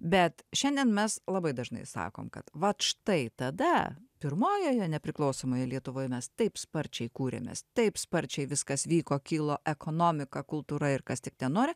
bet šiandien mes labai dažnai sakom kad vat štai tada pirmojoje nepriklausomoje lietuvoj mes taip sparčiai kūrėmės taip sparčiai viskas vyko kilo ekonomika kultūra ir kas tik ten nori